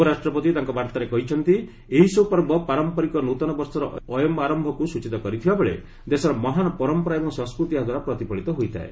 ଉପରାଷ୍ଟ୍ରପତି ତାଙ୍କ ବାର୍ତ୍ତାରେ କହିଚ୍ଚନ୍ତି ଏହିସବୁ ପର୍ବ ପାରମ୍ପରିକ ନୃତନ ବର୍ଷର ଅୟମାରୟକୁ ସୂଚିତ କରିଥିବାବେଳେ ଦେଶର ମହାନ୍ ପରମ୍ପରା ଏବଂ ସଂସ୍କୃତି ଏହାଦ୍ୱାରା ପ୍ରତିଫଳିତ ହୋଇଥାଏ